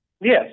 Yes